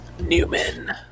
newman